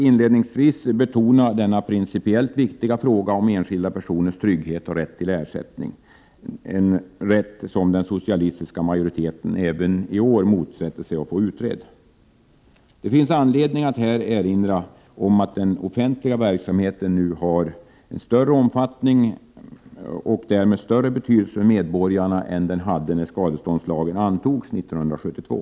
Inledningsvis har jag velat betona denna principiellt viktiga fråga om enskilda personers trygghet och rätt till ersättning, som den socialistiska majoriteten även i år motsätter sig att få utredd. Det finns anledning att här erinra om att den offentliga verksamheten nu har större omfattning och därmed ännu större betydelse för medborgarna än den hade när skadeståndslagen antogs 1972.